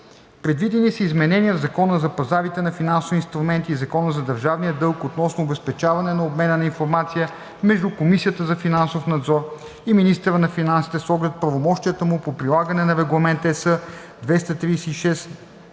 Предвидени са и изменения в Закона за пазарите на финансови инструменти и Закона за държавния дълг относно обезпечаване на обмена на информация между Комисията за финансов надзор и министъра на финансите с оглед правомощията му по прилагане на Регламент (ЕС) № 236/2012